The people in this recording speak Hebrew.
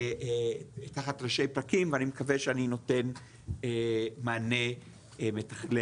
תחת ראשי פרקים, ואני מקווה שאני נותן מענה מתכלל.